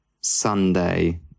Sunday